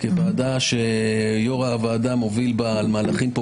זה לא היה נתניהו שמסית נגד מערכת החוק,